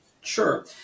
Sure